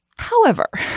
however